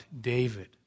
David